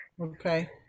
okay